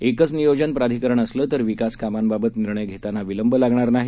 एकचनियोजनप्राधिकरणअसलं तरविकासकामांबाबतनिर्णयघेतानाविलंबलागणारनाही